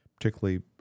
particularly